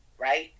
right